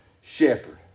shepherd